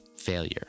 failure